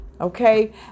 Okay